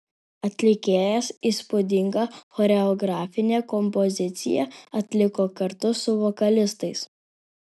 atlikėjas įspūdingą choreografinę kompoziciją atliko kartu su vokalistais